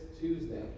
Tuesday